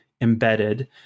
embedded